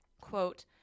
quote